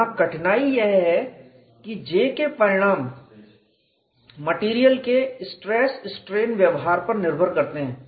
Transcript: यहां कठिनाई यह है कि J के परिणाम मटेरियल के स्ट्रेस स्ट्रेन व्यवहार पर निर्भर करते हैं